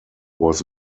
was